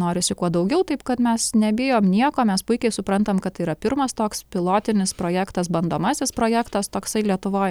norisi kuo daugiau taip kad mes nebijom nieko mes puikiai suprantam kad tai yra pirmas toks pilotinis projektas bandomasis projektas toksai lietuvoj